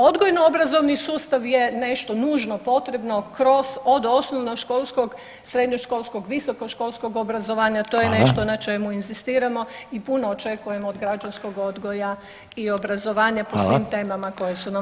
Odgojno obrazovni sustav je nešto nužno potrebno kroz od osnovnoškolskog, srednjoškolskog, visokoškolskog obrazovanja, to je nešto na čemu inzistiramo i puno očekujemo od građanskog odgoja i obrazovanja po svim temama koje su nam važne.